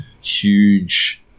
huge